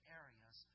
areas